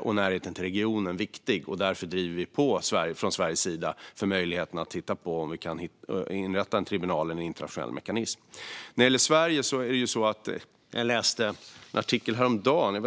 och regionen viktig. Därför driver vi från Sveriges sida på när det gäller möjligheten att titta på om vi kan inrätta en tribunal eller en internationell mekanism. När det gäller Sverige läste jag en artikel häromdagen.